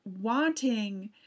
wanting